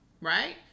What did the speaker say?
Right